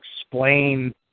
explain